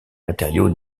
matériaux